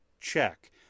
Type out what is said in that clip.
check